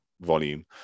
volume